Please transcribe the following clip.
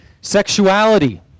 sexuality